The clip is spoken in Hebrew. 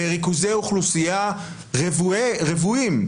בריכוזי אוכלוסייה רוויים.